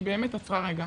היא באמת עצרה רגע